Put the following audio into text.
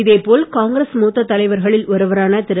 இதேபோல் காங்கிரஸ் மூத்த தலைவர்களில் ஒருவரான திரு